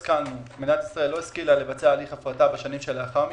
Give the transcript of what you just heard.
מדינת ישראל לא השכילה לבצע הליך הפרטה בשנים שלאחר מכן,